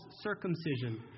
circumcision